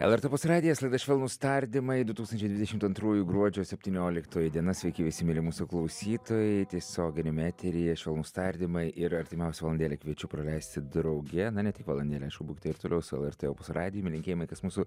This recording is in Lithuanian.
lrt opus radijas laida švelnūs tardymai du tūkstančiai dvidešimt antrųjų gruodžio septynioliktoji diena sveiki visi mieli mūsų klausytojai tiesioginiame eteryje švelnūs tardymai ir artimiausią valandėlę kviečiu praleisti drauge ne tik valandėlę aišku būkite ir toliau su lrt opus radijumi linkėjimai kas mūsų